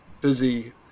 busy